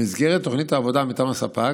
במסגרת תוכנית העבודה מטעם הספק